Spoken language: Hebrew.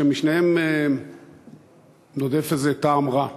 ושמשניהם נודף איזה טעם רע: